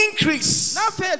Increase